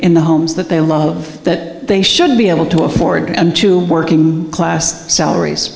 in the homes that they love that they should be able to afford and to working class salaries